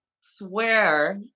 swear